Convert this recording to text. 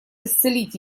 исцелить